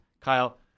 Kyle